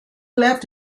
left